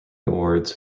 awards